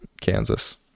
Kansas